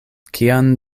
kian